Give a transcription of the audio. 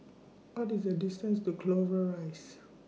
What IS The distance to Clover Rise